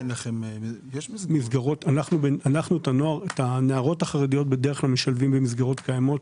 את הנערות החרדיות אנחנו בדרך כלל משלבים במסגרות קיימות.